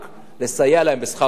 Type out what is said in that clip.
לסייע להם בשכר דירה,